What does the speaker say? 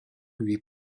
lui